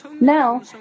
Now